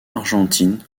argentine